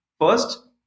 first